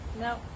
no